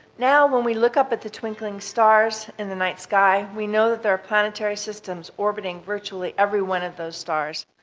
now when we look up at the twinkling stars in the night sky we know that there are planetary systems orbiting virtually every one of those stars.